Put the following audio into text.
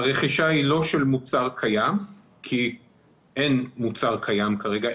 הרכישה היא לא של מוצר קיים כי אין מוצר קיים כרגע,